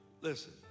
Listen